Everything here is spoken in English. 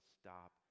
stop